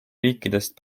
riikidest